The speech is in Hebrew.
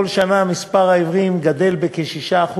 בכל שנה מספר העיוורים גדל בכ-6%,